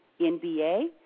NBA